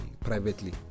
privately